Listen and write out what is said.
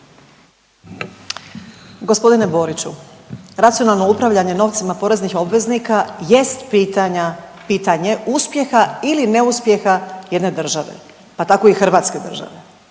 Gospodine Boriću, racionalno upravljanje novcima poreznih obveznika jest pitanja, pitanje uspjeha ili neuspjeha jedne države, pa tako i hrvatske države.